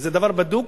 וזה דבר בדוק,